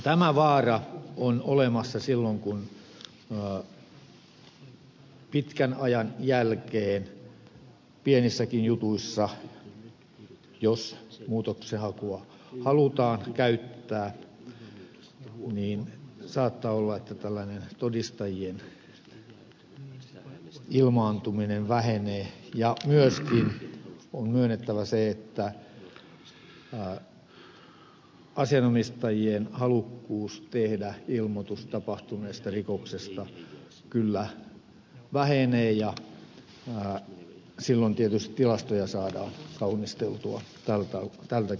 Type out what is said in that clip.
tämä vaara on olemassa silloin jos pitkän ajan jälkeen pienissäkin jutuissa muutoksenhakua halutaan käyttää saattaa olla että tällainen todistajien ilmaantuminen vähenee ja myöskin on myönnettävä se että asianomistajien halukkuus tehdä ilmoitus tapahtuneesta rikoksesta kyllä vähenee ja silloin tietysti tilastoja saadaan kaunisteltua tältäkin osin